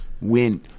Win